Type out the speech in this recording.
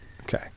okay